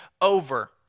over